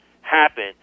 happen